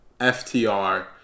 FTR